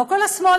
לא כל השמאל,